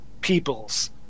peoples